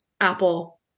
Apple